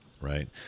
right